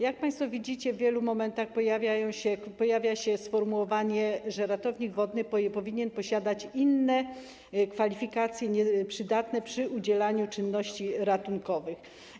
Jak państwo widzicie, w wielu momentach pojawia się sformułowanie, że ratownik wodny powinien posiadać inne kwalifikacje przydatne podczas udzielania czynności ratunkowych.